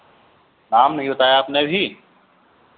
नाम नहीं बताया आपने अभी